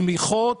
תמיכות,